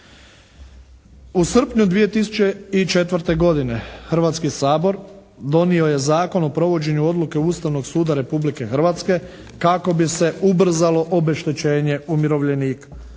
U srpnju 2004. godine Hrvatski sabor donio je Zakon o provođenju odluke Ustavnog suda Republike Hrvatske kako bi se ubrzalo obeštećenje umirovljenika.